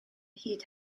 hyd